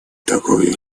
такое